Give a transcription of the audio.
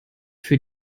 für